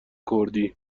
کردی